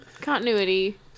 continuity